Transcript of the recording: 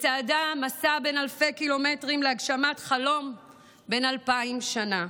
וצעדה במסע בן אלפי קילומטרים להגשמת חלום בן אלפיים שנה.